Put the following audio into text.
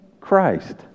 Christ